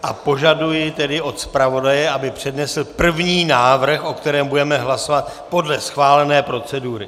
A požaduji tedy od zpravodaje, aby přednesl první návrh, o kterém budeme hlasovat podle schválené procedury.